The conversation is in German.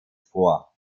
vor